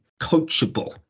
coachable